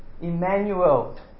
Emmanuel